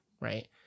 right